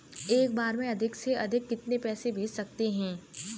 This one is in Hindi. एक बार में अधिक से अधिक कितने पैसे भेज सकते हैं?